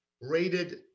rated